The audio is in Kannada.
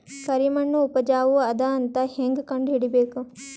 ಕರಿಮಣ್ಣು ಉಪಜಾವು ಅದ ಅಂತ ಹೇಂಗ ಕಂಡುಹಿಡಿಬೇಕು?